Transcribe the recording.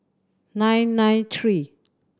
nine nine three